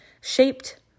shaped